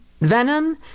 venom